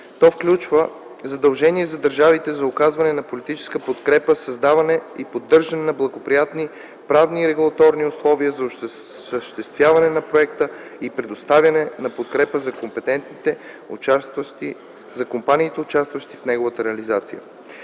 То включва задължение за държавите за оказване на политическа подкрепа, създаване и поддържане на благоприятни правни и регулаторни условия за осъществяване на проекта и предоставяне на подкрепа за компаниите, участващи в неговата реализация.